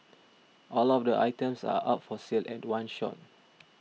all of the items are up for sale at one shot